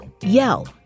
yell